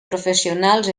professionals